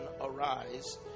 arise